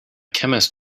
chemist